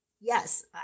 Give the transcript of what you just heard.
yes